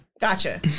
Gotcha